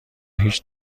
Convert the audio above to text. هیچ